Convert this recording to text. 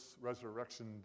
resurrection